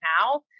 now